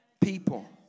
people